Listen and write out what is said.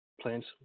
plants